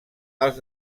els